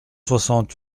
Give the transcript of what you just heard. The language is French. soixante